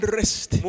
rest